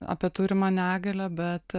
apie turimą negalią bet